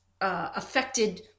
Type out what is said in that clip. affected